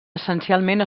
essencialment